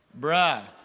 Bruh